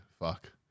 fuck